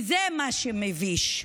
וזה מה שמביש.